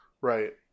Right